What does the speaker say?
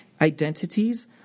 identities